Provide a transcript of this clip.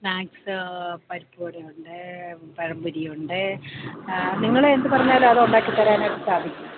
snacks പരിപ്പുവടയുണ്ട് പഴമ്പൊരിയുണ്ട് നിങ്ങള് എന്തു പറഞ്ഞാലും അതുണ്ടാക്കിത്തരാനായിട്ടു സാധിക്കും